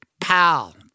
pal